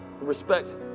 respect